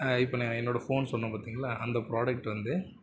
இப்போ நான் என்னோட ஃபோன் சொன்னேன் பார்த்திங்களா அந்த ப்ராடக்ட் வந்து